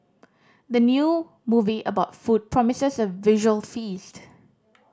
the new movie about food promises a visual feast